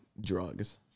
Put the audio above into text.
drugs